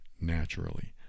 naturally